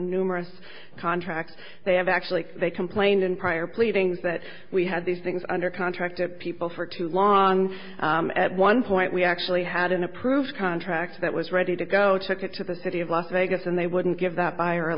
numerous contracts they have actually they complained in prior pleadings that we had these things under contract to people for too long and at one point we actually had an approved contract that was ready to go took it to the city of las vegas and they wouldn't give that b